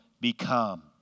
become